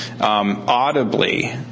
audibly